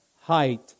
height